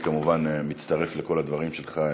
אני כמובן מצטרף לכל הדברים שלך,